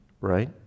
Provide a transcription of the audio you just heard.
right